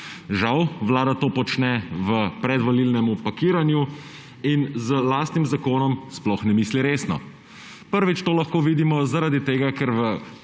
Žal Vlada to počne v predvolilnem pakiranju in z lastnim zakonom sploh ne misli resno. Prvič to lahko vidimo zaradi tega, ker v